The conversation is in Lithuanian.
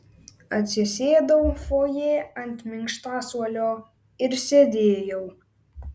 atsisėdau fojė ant minkštasuolio ir sėdėjau